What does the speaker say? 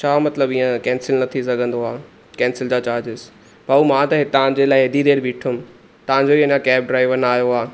छा मतिलबु हीअं कैंसिल न थी सघंदो आहे कैंसिल जा चार्जिस भाऊ मां त तव्हांजे लाइ हेॾी देरि ॿिठुम तव्हांजो ई कैब ड्राइवर न आहियो आहे